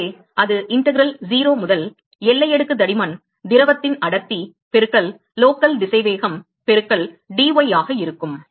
எனவே அது integral zero முதல் எல்லை அடுக்கு தடிமன் திரவத்தின் அடர்த்தி பெருக்கல் லோக்கல் திசைவேகம் பெருக்கல் dy ஆக இருக்கும்